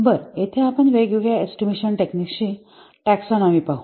बरंयेथे आपण वेगवेगळ्या एस्टिमेशन टेक्निकची टेक्सानॉमि पाहू